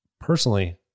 personally